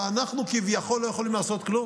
ואנחנו כביכול לא יכולים לעשות כלום?